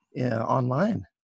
online